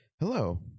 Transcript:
Hello